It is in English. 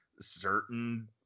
certain